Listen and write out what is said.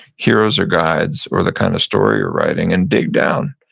heroes or guides or the kind of story you're writing, and dig down.